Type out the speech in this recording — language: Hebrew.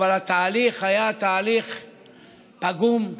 אבל התהליך היה תהליך פגום,